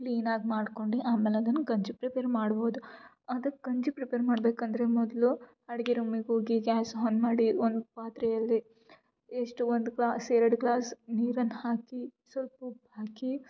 ಕ್ಲೀನಾಗಿ ಮಾಡ್ಕೊಂಡು ಆಮೇಲೆ ಅದನ್ನು ಗಂಜಿ ಪ್ರಿಪೇರ್ ಮಾಡ್ಬೌದು ಅದಕ್ಕೆ ಗಂಜಿ ಪ್ರಿಪೇರ್ ಮಾಡಬೇಕಂದ್ರೆ ಮೊದಲು ಅಡಿಗೆ ರೂಮಿಗೆ ಹೋಗಿ ಗ್ಯಾಸ್ ಹಾನ್ ಮಾಡಿ ಒಂದು ಪಾತ್ರೆಯಲ್ಲಿ ಎಷ್ಟು ಒಂದು ಗ್ಲಾಸ್ ಎರಡು ಗ್ಲಾಸ್ ನೀರನ್ನು ಹಾಕಿ ಸ್ವಲ್ಪ ಉಪ್ಪು ಹಾಕಿ